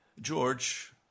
George